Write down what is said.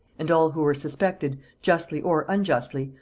and all who were suspected, justly or unjustly,